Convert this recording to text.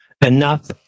Enough